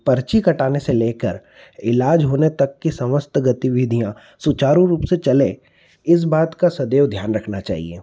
पर्ची कटाने से लेकर इलाज़ होने तक की समस्त गतिविधियाँ सुचारू रूप से चलें इस बात का सदैव ध्यान रखना चाहिए